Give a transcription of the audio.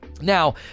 Now